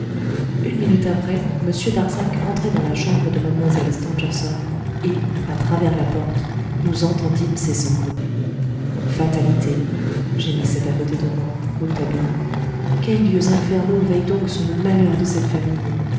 une minute après m darzac entrait dans la chambre de lle m stangerson et à travers la porte nous entendîmes ses sanglots fatalité gémissait à côté de moi rouletabille quels dieux infernaux veillent donc sur le malheur de cette famille